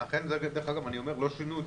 דרך אגב, לא שינו את